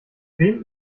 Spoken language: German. wem